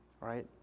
right